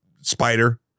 Spider